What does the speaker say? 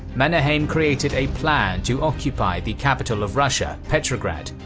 mannerheim created a plan to occupy the capital of russia, petrograd,